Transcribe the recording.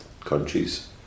countries